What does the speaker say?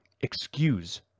excuse